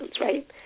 right